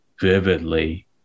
vividly